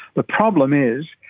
the problem is,